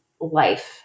life